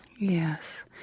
Yes